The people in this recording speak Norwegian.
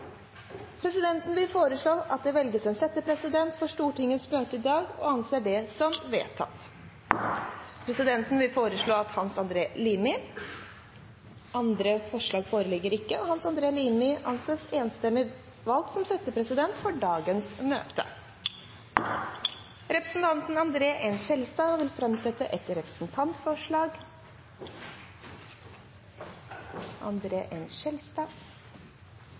Presidenten vil foreslå at det velges en settepresident for Stortingets møte i dag – og anser det som vedtatt. Presidenten vil foreslå Hans Andreas Limi. – Andre forslag foreligger ikke, og Hans Andreas Limi anses enstemmig valgt som settepresident for dagens møte. Representanten André N. Skjelstad vil framsette et representantforslag.